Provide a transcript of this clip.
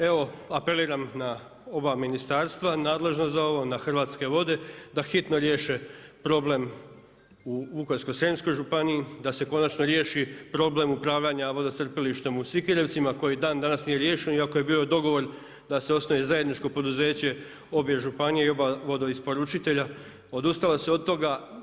Evo apeliram na oba ministarstva, nadležna za ovo, na Hrvatske vode da hitno riješe problem u Vukovarsko-srijemskoj županiji, da se konačno riješi problem upravljanja vodocrpilištem u Sikirevcima koji dandanas nije riješen iako je bio dogovor da se osnuje zajedničko poduzeće obje županije i oba vodoisporučitelja, odustalo se od toga.